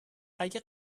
اگه